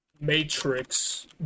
Matrix